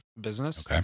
business